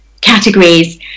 categories